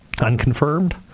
unconfirmed